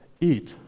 eat